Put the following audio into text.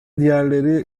diğerleri